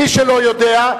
מי שלא יודע,